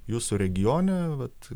jūsų regione vat